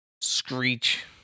screech